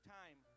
time